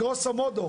גרוסו מודו,